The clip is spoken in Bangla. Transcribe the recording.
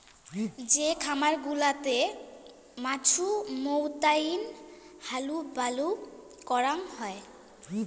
যে খামার গুলাতে মাছুমৌতাই হালুবালু করাং হই